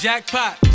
Jackpot